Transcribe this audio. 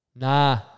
Nah